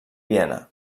viena